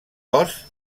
cos